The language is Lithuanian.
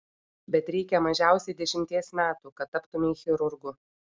bet reikia mažiausiai dešimties metų kad taptumei chirurgu